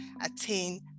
attain